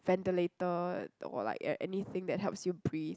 ventilator or like anything that helps you breath